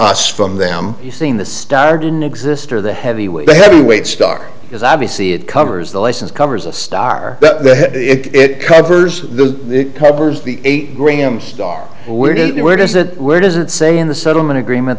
us from them seeing the star didn't exist or the heavyweight heavyweight star because obviously it covers the license covers a star but it covers the covers the eight graham star where did it where does that where does it say in the settlement agreement